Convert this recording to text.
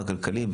מה כלכלי,